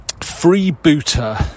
freebooter